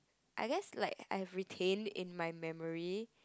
I guess like I retained in my memory